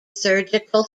surgical